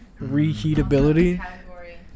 Reheatability